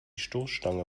stoßstange